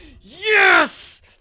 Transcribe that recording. yes